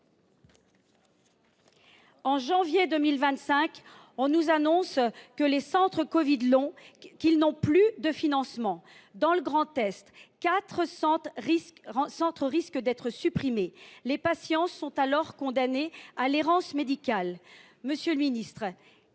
En janvier 2025, on nous annonce que les centres « covid long » n’ont plus de financement. Dans le Grand Est, quatre centres risquent d’être supprimés, les patients étant condamnés à l’errance médicale. Monsieur le ministre,